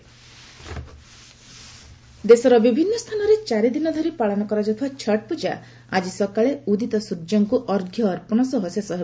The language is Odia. ଛଟ ପୂଜା ଦେଶର ବିଭିନ୍ନ ସ୍ଥାନରେ ଚାରି ଦିନ ଧରି ପାଳନ କରାଯାଉଥିବା ଛଟ ପୂଜା ଆଜି ସକାଳେ ଉଦୀତ ସ୍ୱର୍ଯ୍ୟଙ୍କୁ ଅର୍ଘ୍ୟ ଅର୍ପଣ ସହ ଶେଷ ହେବ